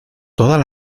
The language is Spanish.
todas